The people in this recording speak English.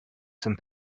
some